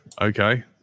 Okay